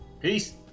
Peace